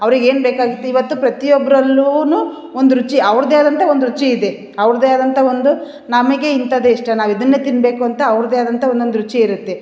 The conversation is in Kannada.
ಅವ್ರಿಗೆ ಏನು ಬೇಕಾಗಿತ್ತು ಇವತ್ತು ಪ್ರತಿಯೊಬ್ರಲ್ಲೂ ಒಂದು ರುಚಿ ಅವ್ರದ್ದೆ ಆದಂತ ಒಂದು ರುಚಿ ಇದೆ ಅವ್ರದ್ದೆ ಆದಂತ ಒಂದು ನಮಗೆ ಇಂಥದ್ದೆ ಇಷ್ಟ ನಾವು ಇದನ್ನೆ ತಿನ್ನಬೇಕು ಅಂತ ಅವ್ರದ್ದೆ ಆದಂತ ಒಂದೊಂದು ರುಚಿ ಇರುತ್ತೆ